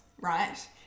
right